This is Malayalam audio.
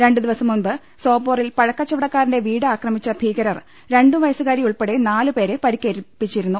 രണ്ടു ദിവസം മുമ്പ് സോപോറിൽ പഴക്കച്ചവടക്കാരന്റെ വീട് ആക്രമിച്ച ഭീകരർ രണ്ടുവയ സുകാരി ഉൾപ്പെടെ നാലുപേരെ പരിക്കേൽപ്പിച്ചിരുന്നു